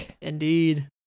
indeed